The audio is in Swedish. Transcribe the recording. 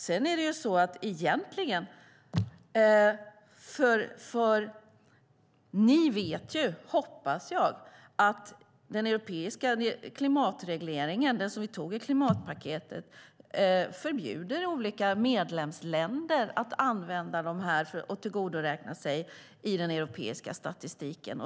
Jag hoppas att ni vet att den europeiska klimatregleringen som vi tog i klimatpaketet förbjuder medlemsländerna att använda och tillgodoräkna sig dessa i den europeiska statistiken.